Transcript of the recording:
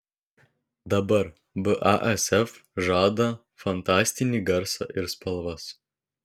dabar basf žada fantastinį garsą ir spalvas